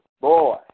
boy